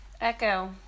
Echo